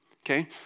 Okay